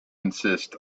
insist